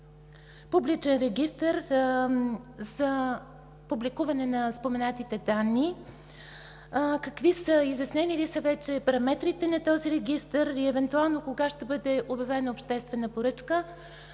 публичен регистър за публикуване на споменатите данни? Изяснени ли са вече параметрите на този регистър? Кога ще бъде обявена обществена поръчка?